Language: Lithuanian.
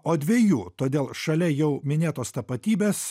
o dviejų todėl šalia jau minėtos tapatybės